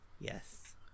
yes